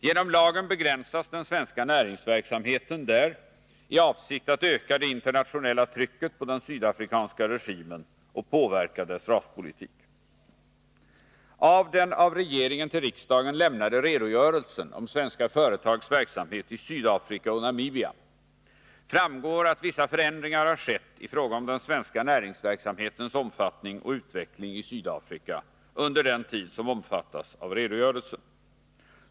Genom lagen begränsas den svenska näringsverksamheten där i avsikt att öka det internationella trycket på den sydafrikanska regimen och påverka dess raspolitik. Av den av regeringen till riksdagen lämnade redogörelsen om svenska företags verksamhet i Sydafrika och Namibia framgår att vissa förändringar har skett i fråga om den svenska näringsverksamhetens omfattning och utveckling i Sydafrika under den tid som omfattas av redogörelsen.